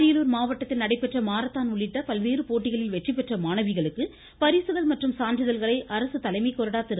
அரியலூர் மாவட்டத்தில் நடைபெற்ற மாரத்தான் உள்ளிட்ட பல்வேறு போட்டிகளில் வெற்றி பெற்ற மாணவிகளுக்கு பரிசுகள் மற்றும் சான்றிதழ்களை அரசு தலைமை கொறடா திரு